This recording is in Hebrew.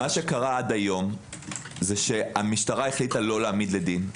עד היום המשטרה החליטה לא להעמיד לדין.